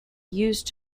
used